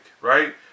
right